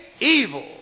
evil